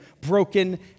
broken